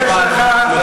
תתבייש לך.